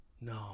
no